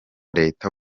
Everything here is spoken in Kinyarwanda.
leta